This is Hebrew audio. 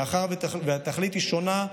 מאחר שהתכלית שם היא שונה,